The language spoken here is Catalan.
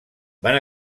van